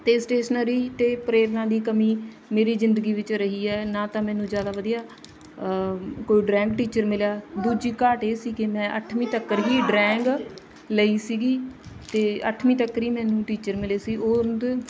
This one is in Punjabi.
ਅਤੇ ਸਟੇਸ਼ਨਰੀ ਅਤੇ ਪ੍ਰੇਰਨਾ ਦੀ ਕਮੀ ਮੇਰੀ ਜ਼ਿੰਦਗੀ ਵਿੱਚ ਰਹੀ ਹੈ ਨਾ ਤਾਂ ਮੈਨੂੰ ਜ਼ਿਆਦਾ ਵਧੀਆ ਕੋਈ ਡਰਾਇੰਗ ਟੀਚਰ ਮਿਲਿਆ ਦੂਜੀ ਘਾਟ ਇਹ ਸੀ ਕਿ ਮੈਂ ਅੱਠਵੀਂ ਤੱਕ ਹੀ ਡਰਾਇੰਗ ਲਈ ਸੀਗੀ ਅਤੇ ਅੱਠਵੀਂ ਤੱਕ ਹੀ ਮੈਨੂੰ ਟੀਚਰ ਮਿਲੇ ਸੀ ਉਹ